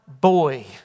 boy